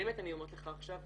באמת אני אומרת לך עכשיו,